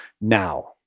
now